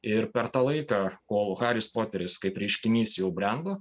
ir per tą laiką kol haris poteris kaip reiškinys jau brendo